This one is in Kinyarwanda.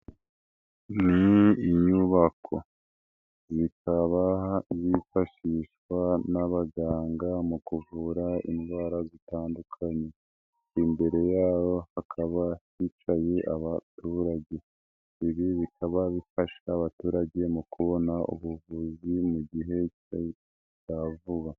Ni inyubako, ikaba yifashishwa n'abaganga mu kuvura indwara zitandukanye, imbere y'aho hakaba hicaye abaturage, ibi bikaba bifasha abaturage mu kubona ubuvuzi mu gihe cya vuba.